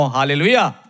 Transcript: Hallelujah